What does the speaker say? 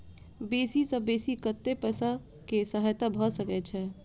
बेसी सऽ बेसी कतै पैसा केँ सहायता भऽ सकय छै?